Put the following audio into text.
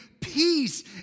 Peace